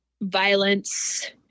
violence